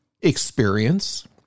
experience